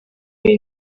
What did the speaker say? muri